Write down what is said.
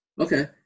okay